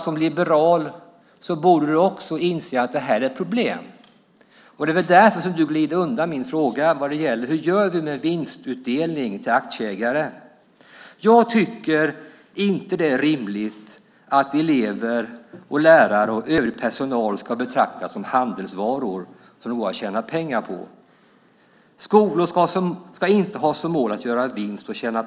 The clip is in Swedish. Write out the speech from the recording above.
Som liberal borde du inse att det är ett problem. Det är väl därför du glider undan min fråga hur vi gör med vinstutdelning till aktieägare. Jag tycker inte att det är rimligt att elever, lärare och övrig personal ska betraktas som handelsvaror som det går att tjäna pengar på. Skolor ska inte ha som mål att tjäna pengar och göra vinst.